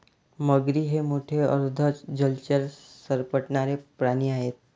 मगरी हे मोठे अर्ध जलचर सरपटणारे प्राणी आहेत